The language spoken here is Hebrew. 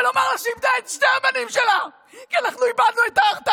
ולומר לה שהיא איבדה את שני הבנים שלה כי אנחנו איבדנו את ההרתעה.